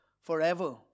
forever